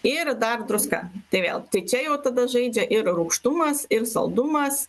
ir dar druską tai vėl čia jau tada žaidžia ir rūgštumas ir saldumas